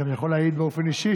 אני גם יכול להעיד באופן אישי,